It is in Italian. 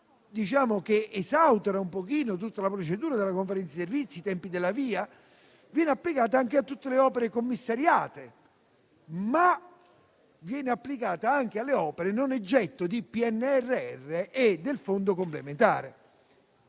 che esautora parzialmente la procedura della Conferenza dei servizi e i tempi della VIA, viene applicata anche a tutte le opere commissariate, nonché alle opere non oggetto di PNRR e del fondo complementare.